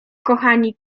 kochani